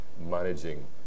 managing